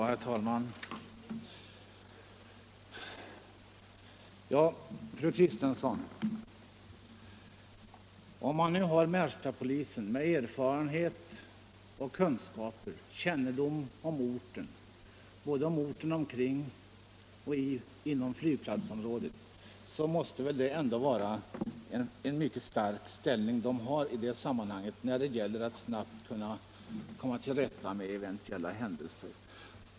Herr talman! Märstapolisen med dess erfarenheter och kunskaper, kännedom om orten omkring flygplatsen och om själva flygplatsen måste väl, fru Kristensson, ha en mycket starkare ställning när det gäller att snabbt kunna komma till rätta med eventuella händelser.